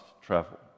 travel